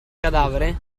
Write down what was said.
cadavere